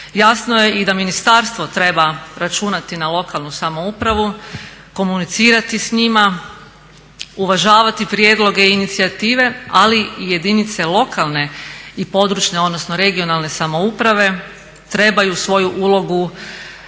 Jasno je i da ministarstvo treba računati na lokalnu samouprave, komunicirati s njima, uvažavati prijedloge inicijative ali i jedinice lokalne i područne odnosno regionalne samouprave trebaju svoju ulogu